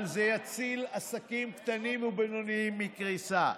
אבל זה יציל עסקים קטנים ובינוניים מקריסה.